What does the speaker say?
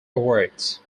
awards